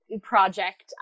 project